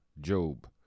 Job